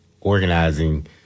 organizing